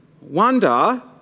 Wonder